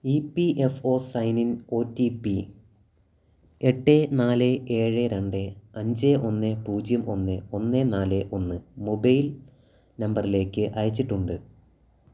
E P F O sign in O T P എട്ട് നാല് ഏഴ് രണ്ട് അഞ്ച് ഒന്ന് പൂജ്യം ഒന്ന് ഒന്ന് നാല് ഒന്ന് മൊബൈൽ നമ്പറിലേക്ക് അയച്ചിട്ടുണ്ട്